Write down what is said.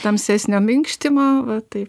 tamsesnio minkštimo va taip